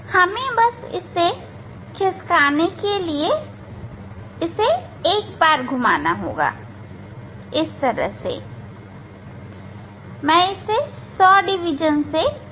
हमें बस इसे खिंसकाने के लिए इसे एक बार घुमाना होगा मैं इसे 100 डिवीजन से घुमाता हूं